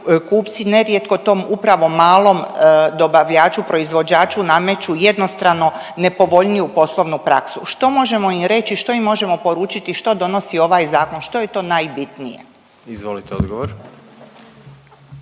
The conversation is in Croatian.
kupci nerijetko tom upravo malom dobavljaču proizvođaču nameću jednostrano nepovoljniju poslovnu praksu. Što možemo im reći, što im možemo poručiti što donosi ovaj zakon, što je to najbitnije? **Jandroković,